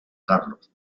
carlos